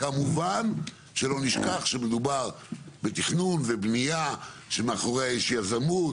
כמובן שלא נשכח שמדובר בתכנון ובנייה שמאחוריה יש יזמות